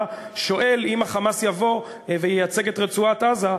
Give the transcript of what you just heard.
שואל: אם ה"חמאס" יבוא וייצג את רצועת-עזה,